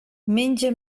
menja